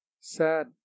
Sad